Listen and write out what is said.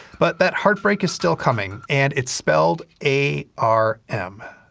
but that heartbreak is still coming, and it's spelled a r m.